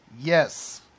yes